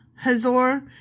Hazor